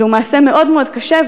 זה מעשה מאוד קשה,